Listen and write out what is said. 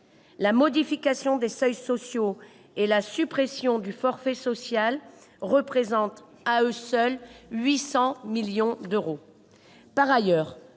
La modification des seuils sociaux et la suppression du forfait social représentent, à elles seules, un coût de 800 millions d'euros. Par ailleurs,